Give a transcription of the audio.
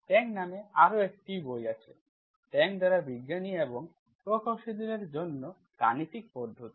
Tang নামে আরো একটি বই আছে Tang দ্বারা বিজ্ঞানী এবং প্রকৌশলীদের জন্য গাণিতিক পদ্ধতি